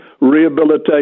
Rehabilitation